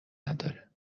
نداره